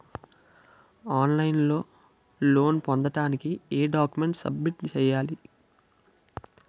On line లో loan పొందటానికి ఎం డాక్యుమెంట్స్ సబ్మిట్ చేయాలి?